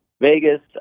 Vegas